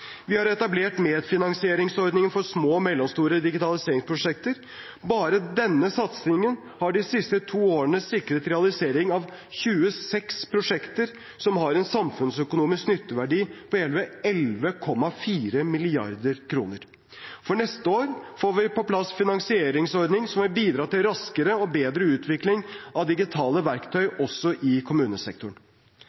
Vi har etablert en medfinansieringsordning for små og mellomstore digitaliseringsprosjekter. Bare denne satsingen har de siste to årene sikret realisering av 26 prosjekter, som har en samfunnsøkonomisk nytteverdi på hele 11,4 mrd. kr. For neste år får vi på plass en finansieringsordning som vil bidra til raskere og bedre utvikling av digitale verktøy